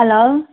hello